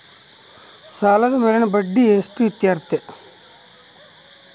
ಸಾಲದ ಮೇಲಿನ ಬಡ್ಡಿ ಎಷ್ಟು ಇರ್ತೈತೆ?